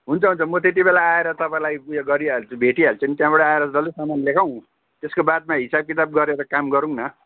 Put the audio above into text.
हुन्छ हुन्छ म त्यतिबेला आएर तपाईँलाई उयो गरिहाल्छु भेटिहाल्छु नि त्यहाँबाट आएर डल्लै सामान लेखाउँ त्यसको बादमा हिसाब किताब गरेर काम गरौँ न